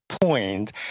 point